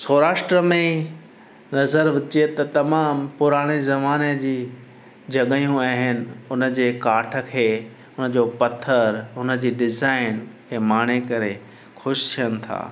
सौराष्ट्र में नज़र हुजे त तमामु पुराणे ज़माने जी जॻहियूं आहिनि उन जे काठ खे उन जो पत्थर उन जी डिज़ाइन खे माणे करे ख़ुशि थियनि था